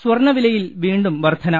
സ്വർണ്ണവിലയിൽ വീണ്ടും വർദ്ധന